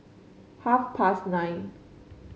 half past nine